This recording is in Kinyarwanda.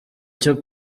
cyo